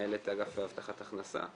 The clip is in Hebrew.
מנהלת אגף להבטחת הכנסה,